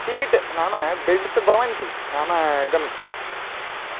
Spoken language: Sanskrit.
सीट् नाम बेड्स् भवन्ति नाम इदम्